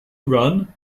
run